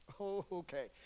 okay